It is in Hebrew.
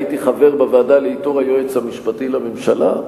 הייתי חבר בוועדה לאיתור היועץ המשפטי לממשלה.